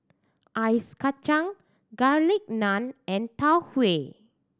ice kacang Garlic Naan and Tau Huay